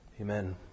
Amen